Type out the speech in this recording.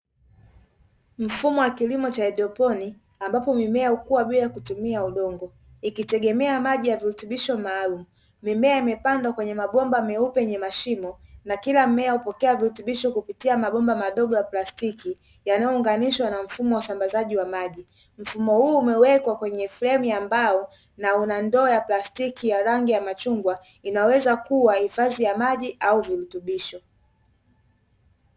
Mfumo wa kilimo cha haidroponi ambapo mimea hukua bila kutumia udongo; ikitegemea maji ya virutubisho maalumu, mimea imepandwa kwenye mabomba meupe yenye mashimo na kila mmea hupokea virutubisho kupitia mabomba madogo ya plastiki yanayounganishwa na mfumo wa usambazaji wa maji; mfumo huo umewekwa kwenye fremu ya mbao na una ndoo ya plastiki ya rangi ya machungwa inaweza kuwa hifadhi ya maji au virutubisho.